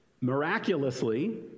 miraculously